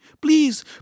Please